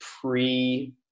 pre